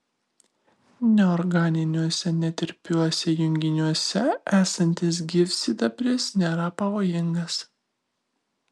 neorganiniuose netirpiuose junginiuose esantis gyvsidabris nėra pavojingas